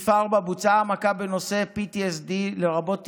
בוצעה העמקה בנושא PTSD, לרבות טיפול,